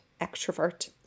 extrovert